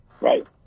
Right